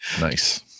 Nice